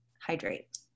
hydrate